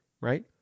right